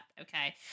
Okay